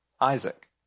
Isaac